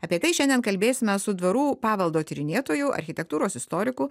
apie tai šiandien kalbėsime su dvarų paveldo tyrinėtoju architektūros istoriku